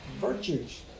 virtues